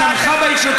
ואתה רוצה,